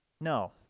No